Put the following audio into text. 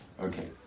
Okay